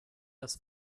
das